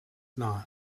not